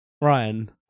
Ryan